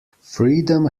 freedom